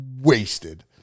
wasted